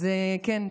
אז כן,